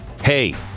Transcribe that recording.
hey